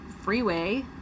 freeway